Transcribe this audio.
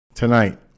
Tonight